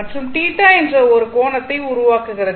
மற்றும் θ என்ற ஒரு கோணத்தை உருவாக்குகிறது